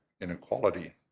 inequality